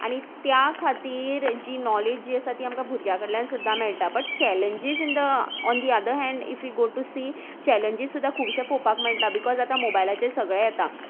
आनी त्या खातीर जी नॉलेज जी आसा ती आमकां भुरग्या कडल्यान सुद्दां मेळटा but challenges in the on the other hand if you go to see challenges सुद्दां खुबश पळोवपाक मेळटा बिकॉज आतां मोबायलाचेर सगळें येता